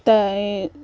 തൈ